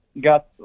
got